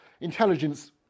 intelligence